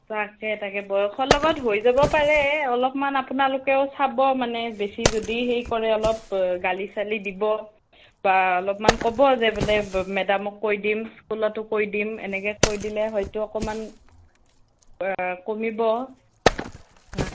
তাকে তাকে বয়সৰ লগত হৈ যাব পাৰে অলপমান আপোনালোকেও চাব মানে বেছি যদি হেৰি কৰে অলপ গালি চালি দিব বা অলপমান ক'ব যে বোলে মেডামক কৈ দিম ইস্কুলতো কৈ দিম এনেকৈ কৈ দিলে হয়তো অকমান কমিব